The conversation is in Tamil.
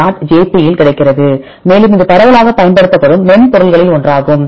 jp இல் கிடைக்கிறது மேலும் இது பரவலாகப் பயன்படுத்தப்படும் மென்பொருள்களில் ஒன்றாகும்